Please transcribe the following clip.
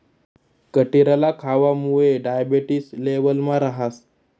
कटिरला खावामुये डायबेटिस लेवलमा रहास